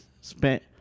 Spent